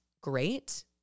great